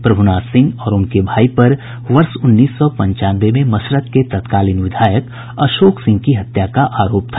प्रभुनाथ सिंह और उनके भाई पर वर्ष उन्नीस सौ पंचानवे में मशरक के तत्कालीन विधायक आशोक सिंह की हत्या का आरोप था